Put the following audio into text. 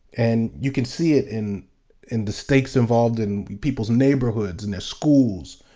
and you can see it in in the stakes involved in people's neighborhoods and their schools.